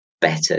better